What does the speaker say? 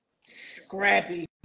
scrappy